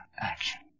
action